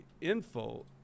info